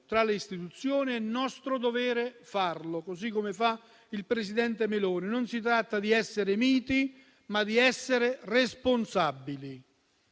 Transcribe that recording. tra le istituzioni è nostro dovere farlo, così come fa il presidente Meloni. Non si tratta di essere miti, ma di essere responsabili.